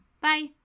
bye